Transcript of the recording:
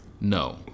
No